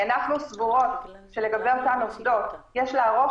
אנחנו סבורות שלגבי אותן עובדות צריך לעשות